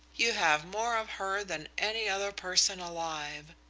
you have more of her than any other person alive.